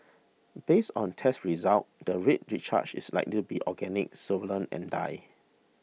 based on test results the red discharge is likely to be organic solvent and dye